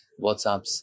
WhatsApps